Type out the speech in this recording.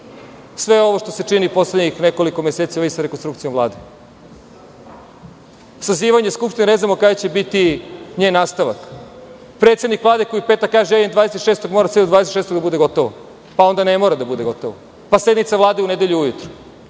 sve ovo što se čini poslednjih nekoliko meseci u vezi sa rekonstrukcijom Vlade, sazivanje Skupštine, a ne znamo kada će biti njen nastavak. Predsednik Vlade koji u petak kaže - ja idem 26, mora sve do 26. da bude gotovo, pa onda ne mora da bude gotovo, pa sednica Vlade u nedelju ujutro.